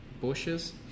bushes